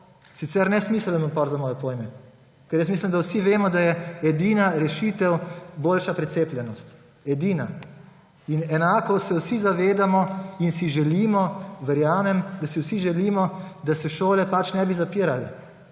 Sicer nesmiseln upor za moje pojme, ker jaz mislim, da vsi vemo, da je edina rešitev boljša precepljenost. Edina. In enako se vsi zavedamo in si želimo, verjamem, da si vsi želimo, da se šole ne bi zapirale,